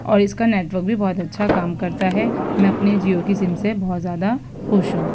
اور اس کا نیٹورک بھی بہت اچھا کام کرتا ہے میں اپنی جیو کی سم سے بہت زیادہ خوش ہوں